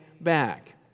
back